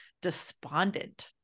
despondent